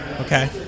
Okay